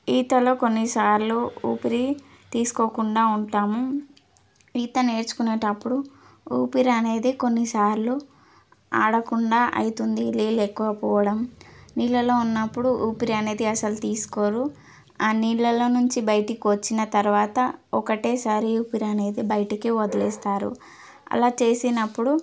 ఈతలో కొన్నిసార్లు ఊపిరి తీసుకోకుండా ఉంటాము ఈత నేర్చుకునేటప్పుడు ఊపిరి అనేది కొన్నిసార్లు ఆడకుండా అవుతుంది నీళ్ళు ఎక్కువ పోవడం నీళ్ళల్లో ఉన్నప్పుడు ఊపిరి అనేది అసలు తీసుకోరు ఆ నీళ్ళల్లో నుంచి బయటికి వచ్చిన తర్వాత ఒక్కటేసారి ఊపిరి అనేది బయటికి వదిలేస్తారు అలా చేసినప్పుడు